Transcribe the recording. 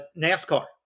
NASCAR